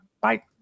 Bye